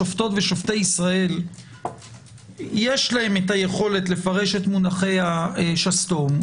שופטות ושופטי ישראל יש להם היכולת לפרש את מונחי השסתום.